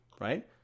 right